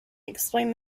explained